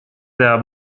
der